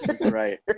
Right